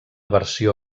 versió